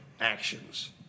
actions